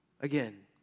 Again